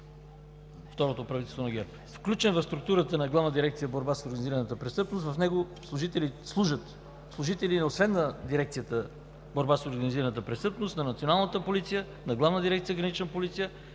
второто правителство на ГЕРБ. Включен в структурата на Главна дирекция „Борба с организираната престъпност“, в него служители на Дирекцията „Борба с организираната престъпност“, на Националната полиция, на Главна дирекция „Гранична полиция“